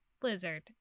blizzard